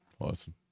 awesome